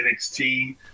NXT